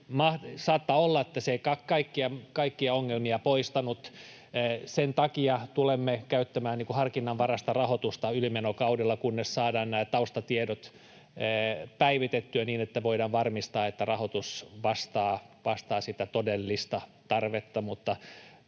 Saattaa olla, että se ei kaikkia ongelmia poistanut. Sen takia tulemme käyttämään harkinnanvaraista rahoitusta ylimenokaudella, kunnes saadaan nämä taustatiedot päivitettyä niin, että voidaan varmistaa, että rahoitus vastaa sitä todellista tarvetta.